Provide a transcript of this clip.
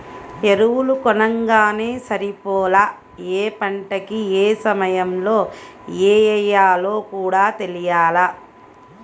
ఎరువులు కొనంగానే సరిపోలా, యే పంటకి యే సమయంలో యెయ్యాలో కూడా తెలియాల